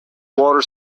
water